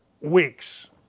weeks